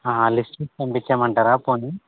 list పంపించేయమంటారా పోని